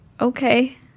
okay